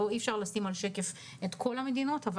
אי-אפשר לשים על שקף את כל המדינות.